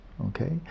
okay